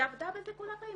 היא עבדה בזה כל החיים,